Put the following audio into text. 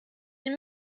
den